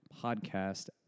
podcast